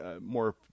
more